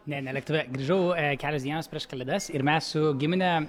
ne ne lėktuve grįžau kelios dienos prieš kalėdas ir mes su gimine